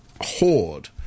horde